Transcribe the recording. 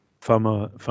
Fama